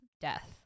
death